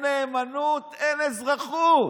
אין נאמנות, אין אזרחות,